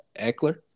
Eckler